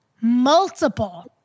Multiple